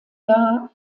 jahr